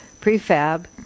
prefab